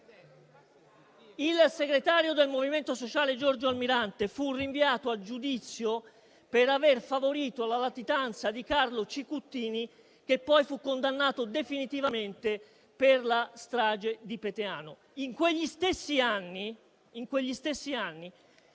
Il segretario del Movimento Sociale Giorgio Almirante fu rinviato a giudizio per aver favorito la latitanza di Carlo Cicuttini, che poi fu condannato definitivamente per la strage di Peteano. In quegli stessi anni,